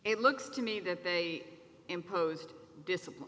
it looks to me that they imposed discipline